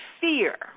fear